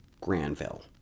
Granville